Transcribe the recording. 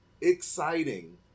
exciting